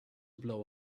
blow